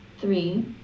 Three